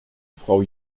frau